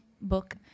book